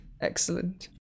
Excellent